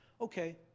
Okay